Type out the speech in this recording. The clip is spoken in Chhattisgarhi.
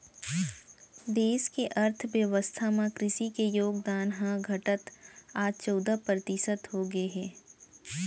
देस के अर्थ बेवस्था म कृसि के योगदान ह घटत आज चउदा परतिसत हो गए हे